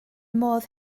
modd